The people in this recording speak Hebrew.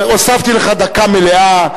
הוספתי לך דקה מלאה.